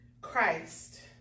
Christ